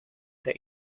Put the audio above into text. that